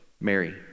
Mary